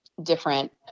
different